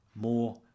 more